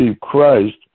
Christ